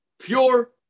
Pure